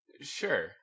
sure